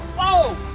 whoa!